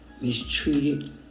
Mistreated